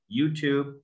YouTube